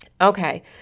Okay